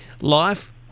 life